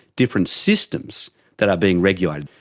different systems that are being regulated,